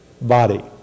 body